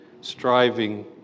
striving